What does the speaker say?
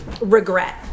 regret